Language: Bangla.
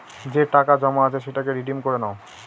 যে টাকা জমা আছে সেটাকে রিডিম করে নাও